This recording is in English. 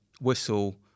whistle